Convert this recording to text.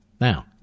Now